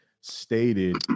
stated